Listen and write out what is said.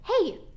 Hey